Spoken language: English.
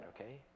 Okay